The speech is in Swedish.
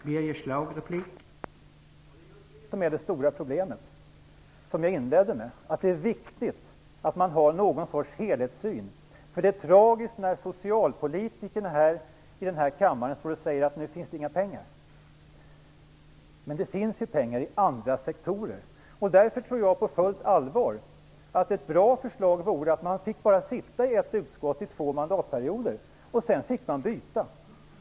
Herr talman! Det stora problemet är just det som jag inledde med, att det är viktigt att man har någon sorts helhetssyn. Det är tragiskt när socialpolitikerna står här i kammaren och säger att det inte finns några pengar. Det finns ju pengar inom andra sektorer. Därför tror jag på fullt allvar att det vore ett bra förslag om ledamöter bara fick sitta i samma utskott två mandatperioder och sedan fick byta.